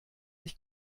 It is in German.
ich